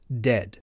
dead